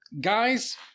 guys